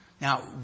Now